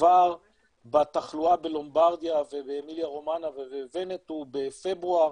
כבר בתחלואה בלומברדיה ובאמיליה רומנה וונטו בפברואר,